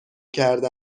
کرده